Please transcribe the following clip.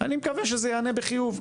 אני מקווה שזה ייענה בחיוב.